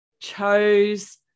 chose